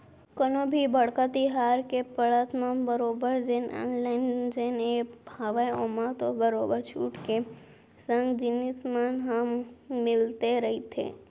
कोनो भी बड़का तिहार के पड़त म बरोबर जेन ऑनलाइन जेन ऐप हावय ओमा तो बरोबर छूट के संग जिनिस मन ह मिलते रहिथे